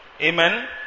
Amen